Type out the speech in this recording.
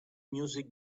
music